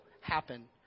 happen